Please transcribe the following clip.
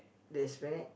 the Esplanade